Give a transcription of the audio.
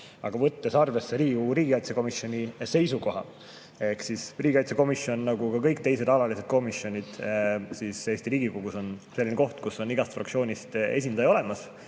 aga võttes arvesse Riigikogu riigikaitsekomisjoni seisukohta. Ehk riigikaitsekomisjon nagu ka kõik teised alatised komisjonid Eesti Riigikogus on selline koht, kus on igast fraktsioonist esindaja olemas.